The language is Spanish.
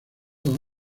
los